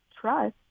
trust